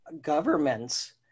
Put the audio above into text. governments